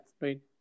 right